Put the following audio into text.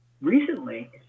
recently